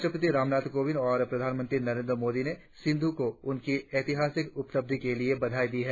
राष्ट्रपति रामनाथ कोविंद और प्रधानमंत्री नरेंद्र मोदी ने सिंधू को उनकी ऐतिहासिक उपलब्धि के लिए बधाई दी है